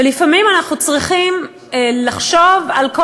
ולפעמים אנחנו צריכים לחשוב על כל